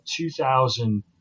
2000